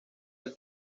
del